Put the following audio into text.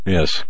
Yes